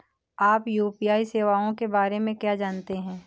आप यू.पी.आई सेवाओं के बारे में क्या जानते हैं?